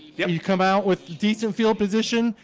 yeah you come out with decent field position.